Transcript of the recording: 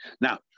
Now